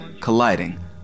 colliding